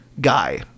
guy